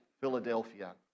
Philadelphia